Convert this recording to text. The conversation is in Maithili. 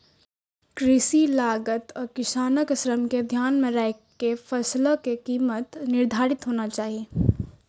कृषि लागत आ किसानक श्रम कें ध्यान मे राखि के फसलक कीमत निर्धारित होना चाही